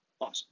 Awesome